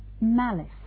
malice